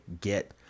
get